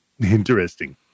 interesting